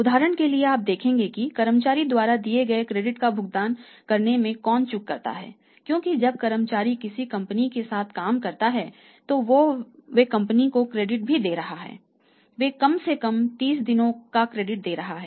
उदाहरण के लिए आप देखते हैं कि कर्मचारी द्वारा दिए गए क्रेडिट का भुगतान करने में कौन चूक करता है क्योंकि जब कर्मचारी किसी कंपनी के साथ काम करते हैं तो वे कंपनी को क्रेडिट भी दे रहे हैं वे कम से कम 30 दिनों का क्रेडिट दे रहे हैं